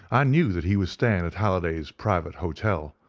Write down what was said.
i knew that he was staying at halliday's private hotel,